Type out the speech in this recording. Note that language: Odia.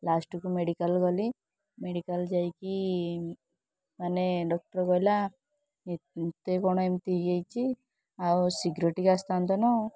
ଲାଷ୍ଟ୍କୁ ମେଡ଼ିକାଲ୍ ଗଲି ମେଡ଼ିକାଲ୍ ଯାଇକି ମାନେ ଡକ୍ଟର୍ କହିଲା ଏତେ କ'ଣ ଏମିତି ହେଇଯାଇଛି ଆଉ ଶୀଘ୍ର ଟିକେ ଆସିଥାନ୍ତ ନା ଆଉ